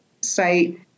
site